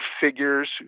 figures